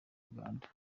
uganda